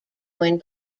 when